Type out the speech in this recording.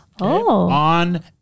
on